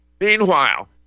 Meanwhile